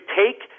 take